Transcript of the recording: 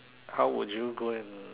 how would you go and